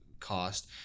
cost